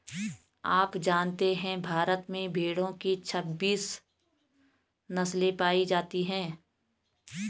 आप जानते है भारत में भेड़ो की छब्बीस नस्ले पायी जाती है